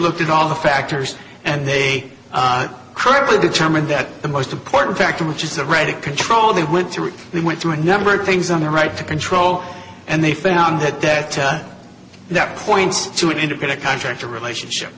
looked at all the factors and they credibly determined that the most important factor which is a ready control they went through they went through a number of things on the right to control and they found that that that points to an independent contractor relationship